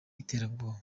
iterabwoba